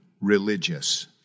religious